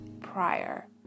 prior